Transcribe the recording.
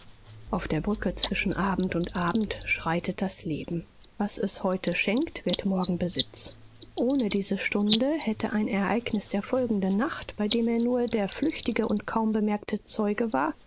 auf der brücke zwischen abend und abend schreitet das leben was es heute schenkt wird morgen besitz ohne diese stunde hätte ein ereignis der folgenden nacht bei dem er nur der flüchtige und kaum bemerkte zeuge war